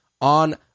on